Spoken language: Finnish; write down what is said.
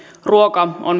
ruoka on